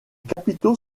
capitaux